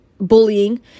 bullying